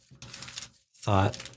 thought